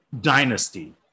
dynasty